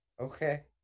okay